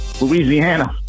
Louisiana